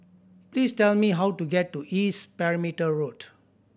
please tell me how to get to East Perimeter Road